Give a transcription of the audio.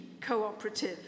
cooperative